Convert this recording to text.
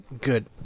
good